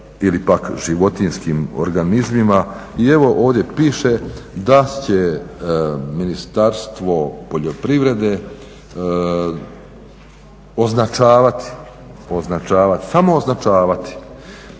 ili pak životinjskim organizmima i evo ovdje piše da će Ministarstvo poljoprivrede označavati, samo označavati